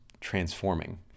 transforming